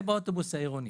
זה באוטובוס העירוני.